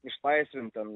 išlaisvint ten